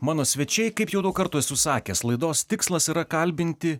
mano svečiai kaip jau daug kartų esu sakęs laidos tikslas yra kalbinti